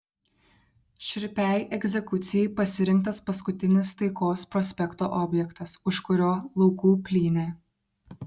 šiurpiai egzekucijai pasirinktas paskutinis taikos prospekto objektas už kurio laukų plynė